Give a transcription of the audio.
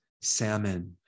salmon